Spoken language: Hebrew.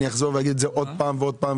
אחזור על זה שוב ושוב.